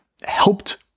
helped